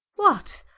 what?